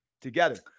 together